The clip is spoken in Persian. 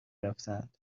رفتند